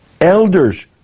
elders